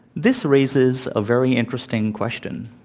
this raises a very interesting question.